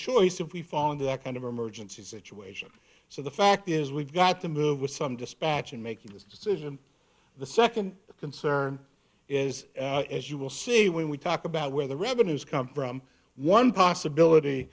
choice if we fall into that kind of emergency situation so the fact is we've got to move with some dispatch in making this decision and the second concern is as you will see when we talk about where the revenues come from one possibility